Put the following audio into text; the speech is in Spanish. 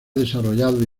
desarrollado